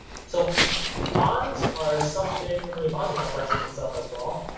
so bonds are something on your budget complex in itself as well,